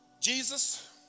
Jesus